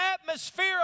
atmosphere